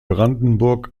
brandenburg